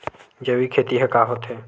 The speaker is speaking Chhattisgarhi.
जैविक खेती ह का होथे?